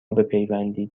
بپیوندید